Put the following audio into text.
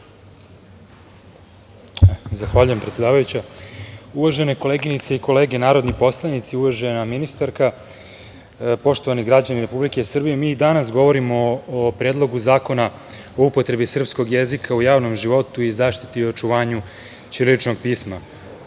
Zahvaljujem, predsedavajuća. Uvažene koleginice i kolege narodni poslanici, uvažena ministarka, poštovani građani Republike Srbije, mi danas govorimo o Predlogu Zakona o upotrebi srpskog jezika u javnom životu i zaštiti i očuvanju ćiriličnog pisma.